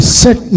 set